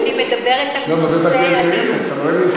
אני מדברת על נושא הדיון.